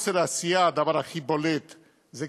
והדבר הכי בולט לחוסר העשייה זה,